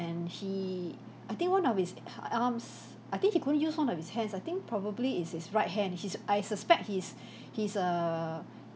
and he I think one of his uh uh uh arms I think he couldn't use one of his hands I think probably it's his right hand he's I suspect he's he's a